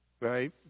right